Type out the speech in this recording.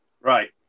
right